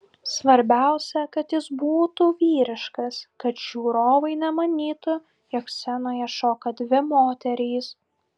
svarbiausia kad jis būtų vyriškas kad žiūrovai nemanytų jog scenoje šoka dvi moterys